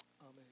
Amen